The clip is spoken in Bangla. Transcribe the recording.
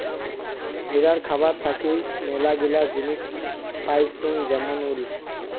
ভেড়ার খাবার থাকি মেলাগিলা জিনিস পাইচুঙ যেমন উল